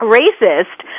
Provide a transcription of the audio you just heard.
racist